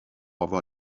avoir